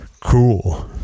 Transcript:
Cool